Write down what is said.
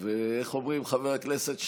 איך אומרים, חבר הכנסת שטרן,